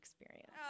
experience